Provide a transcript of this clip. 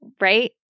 right